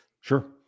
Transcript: Sure